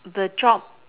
the job